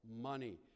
money